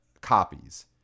copies